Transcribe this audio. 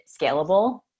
scalable